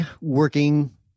working